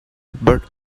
but